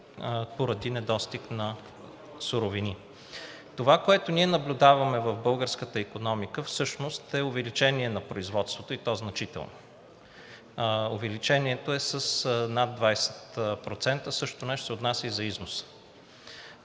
поради недостиг на суровини. Това, което ние наблюдаваме в българската икономика, всъщност е увеличение на производството, и то значително. Увеличението е с над 20%. Същото нещо се отнася и за износа.